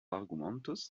argumentos